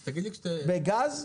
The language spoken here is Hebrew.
בגז?